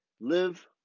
Live